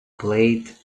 played